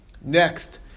Next